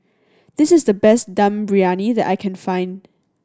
this is the best Dum Briyani that I can find